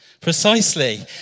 Precisely